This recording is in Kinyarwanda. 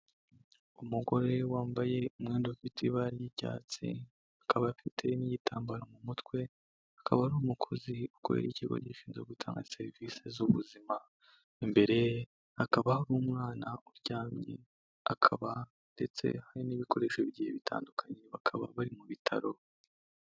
Umugore wambaye umwenda ufite ibara ry'icyatsi akaba afite n'igitambaro mu mutwe, akaba ari umukozi ukorera ikigo gishinzwe gutanga serivisi z'ubuzima, imbere ye hakaba hari umwana uryamye, hakaba ndetse hari n'ibikoresho bigiye bitandukanye, bakaba bari mu bitaro.